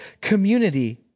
community